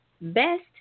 best